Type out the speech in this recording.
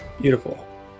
beautiful